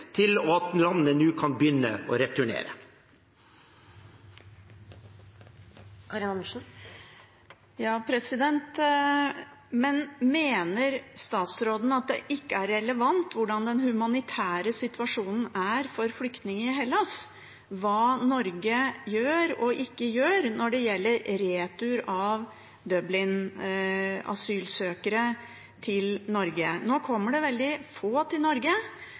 nå kan begynne å returnere. Mener statsråden at den humanitære situasjonen for flyktninger i Hellas ikke er relevant for hva Norge gjør og ikke gjør når det gjelder retur av Dublin-asylsøkere til Norge? Nå kommer det veldig få til Norge,